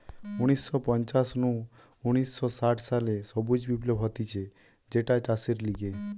উনিশ শ পঞ্চাশ নু উনিশ শ ষাট সালে সবুজ বিপ্লব হতিছে যেটা চাষের লিগে